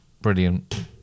brilliant